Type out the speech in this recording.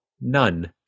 none